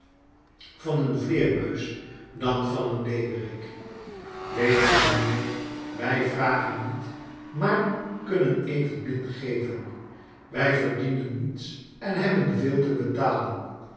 van een vleermuis dan van een leeuwerik weet ge mijnheer wij vragen niet maar kunnen evenmin geven wij verdienen niets en hebben veel te betalen